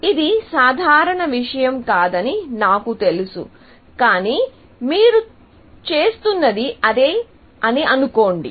ఇది సాధారణ విషయం కాదని నాకు తెలుసు కానీ మీరు చేస్తున్నది అదే అని అనుకొండి